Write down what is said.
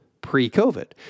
pre-COVID